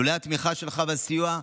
לולא התמיכה שלך והסיוע,